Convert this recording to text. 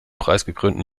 preisgekrönten